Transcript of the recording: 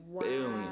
billion